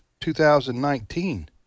2019